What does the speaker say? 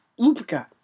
Lupica